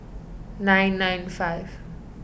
nine nine five